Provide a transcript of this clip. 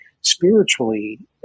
spiritually